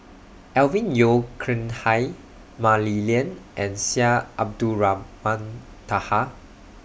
Alvin Yeo Khirn Hai Mah Li Lian and Syed Abdulrahman Taha